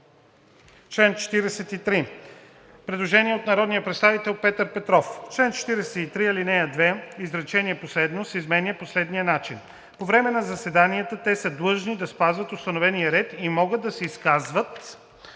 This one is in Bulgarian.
чл. 43 има предложение от народния представител Петър Петров: „В чл. 43, ал. 2 изречение последно се изменя по следния начин: „По време на заседанията те са длъжни да спазват установения ред и могат да се изказват